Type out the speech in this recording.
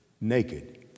naked